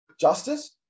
Justice